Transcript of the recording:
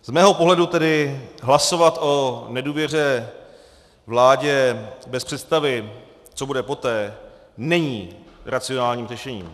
Z mého pohledu tedy hlasovat o nedůvěře vládě bez představy, co bude poté, není racionálním řešením.